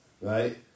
right